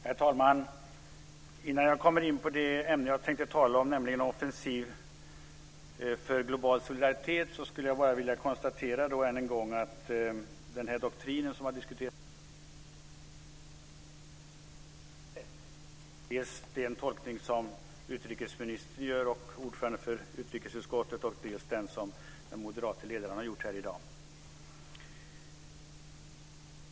Herr talman! Innan jag kommer in på det ämne jag tänker tala om, nämligen en offensiv för global solidaritet, skulle jag bara än en gång vilja konstatera att den här doktrinen som har diskuterats mycket i dag kan tolkas på många olika sätt - dels den tolkning som utrikesministern och ordföranden för utrikesutskottet gör, dels den som den moderate ledaren har gjort här i dag.